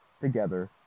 Together